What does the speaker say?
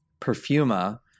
Perfuma